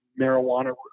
marijuana